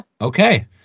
Okay